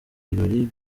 birori